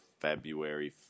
February